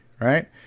Right